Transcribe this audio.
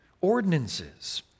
ordinances